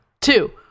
Two